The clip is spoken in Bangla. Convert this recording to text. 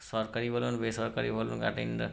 সরকারি বলুন বেসরকারি বলুন একটা ইন্ডা